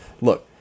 Look